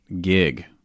gig